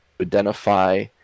identify